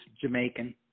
Jamaican